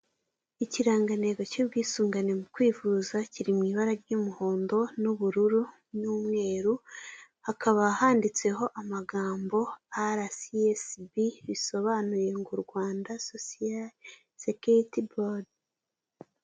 Ikirangantego cy'ubwisungane mu kwivuza kiri mu ibara ry'umuhondo, n'ubururu, n'umweru hakaba handitseho amagambo arasiyesibi bisobanuye ngo Rwanda sosiya sekiriti bodi.